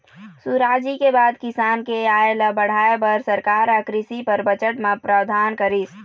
सुराजी के बाद किसान के आय ल बढ़ाय बर सरकार ह कृषि बर बजट म प्रावधान करिस